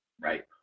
Right